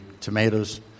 tomatoes